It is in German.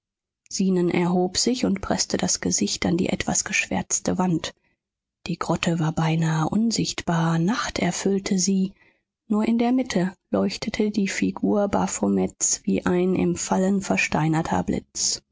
zenon erhob sich und preßte das gesicht an die etwas geschwärzte wand die grotte war beinahe unsichtbar nacht erfüllte sie nur in der mitte leuchtete die figur baphomets wie ein im fallen versteinerter blitz